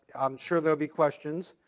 i'm sure there'll be questions.